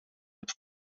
het